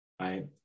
right